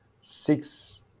six